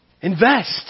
Invest